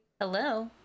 hello